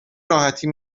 راحتی